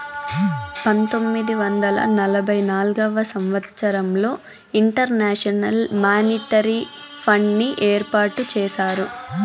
పంతొమ్మిది వందల నలభై నాల్గవ సంవచ్చరంలో ఇంటర్నేషనల్ మానిటరీ ఫండ్ని ఏర్పాటు చేసినారు